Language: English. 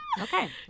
Okay